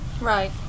Right